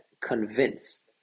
convinced